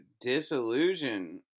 disillusion